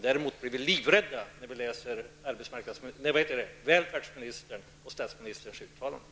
Däremot blir vi livrädda när vi läser välfärdsministerns och statsministerns uttalanden.